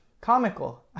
comical